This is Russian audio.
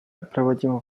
проводимые